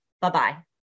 Bye-bye